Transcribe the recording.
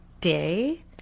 day